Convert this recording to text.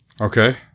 okay